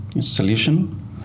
solution